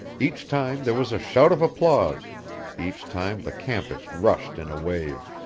each time there was a shout of applause each time the campus rushed in a wave.